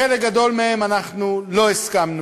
בחלק גדול מהם לא הסכמנו,